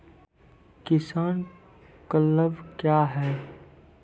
किसान क्लब क्या हैं?